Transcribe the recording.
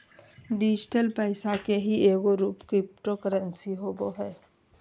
digital पैसा के ही एगो रूप क्रिप्टो करेंसी होवो हइ